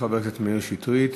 חבר הכנסת מאיר שטרית,